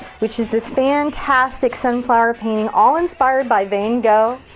which is this fantastic sunflower painting all inspired by van gogh.